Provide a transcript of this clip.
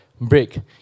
break